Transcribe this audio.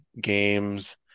games